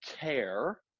care